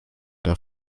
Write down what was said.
der